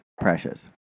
precious